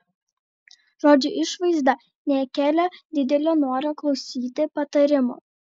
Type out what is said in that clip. žodžiu išvaizda nekelia didelio noro klausyti patarimų